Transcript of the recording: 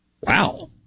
Wow